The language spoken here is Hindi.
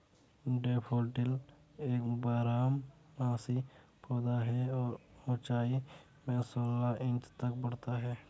डैफोडिल एक बारहमासी पौधा है और ऊंचाई में सोलह इंच तक बढ़ता है